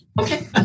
Okay